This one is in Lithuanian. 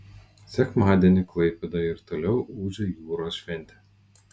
sekmadienį klaipėdoje ir toliau ūžė jūros šventė